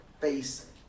face